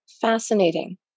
fascinating